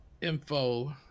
info